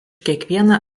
kiekvieną